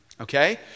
Okay